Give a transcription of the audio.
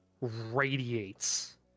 radiates